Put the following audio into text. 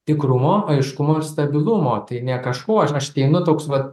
tikrumo aiškumo ir stabilumo tai ne kažkuo aš ateinu toks vat